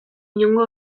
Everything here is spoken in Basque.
inongo